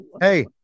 hey